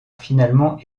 finalement